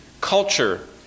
culture